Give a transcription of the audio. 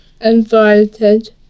Invited